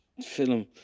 film